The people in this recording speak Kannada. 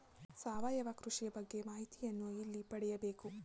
ಸಾವಯವ ಕೃಷಿಯ ಬಗ್ಗೆ ಮಾಹಿತಿಯನ್ನು ಎಲ್ಲಿ ಪಡೆಯಬೇಕು?